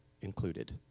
included